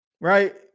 right